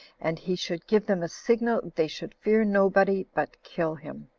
and he should give them a signal, they should fear nobody, but kill him.